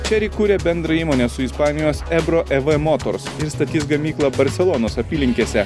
cherry kuria bendrą įmonę su ispanijos ebro eva motors ir statys gamyklą barselonos apylinkėse